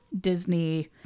Disney